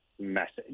message